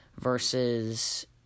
versus